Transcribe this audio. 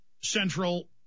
central